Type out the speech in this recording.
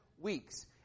weeks